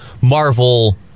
Marvel